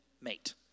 mate